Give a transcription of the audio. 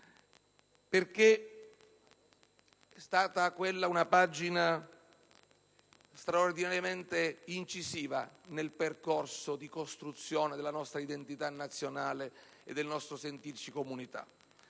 perché quella è stata una pagina straordinariamente incisiva nel percorso di costruzione della nostra identità nazionale e del nostro sentirci comunità.